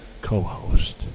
Co-host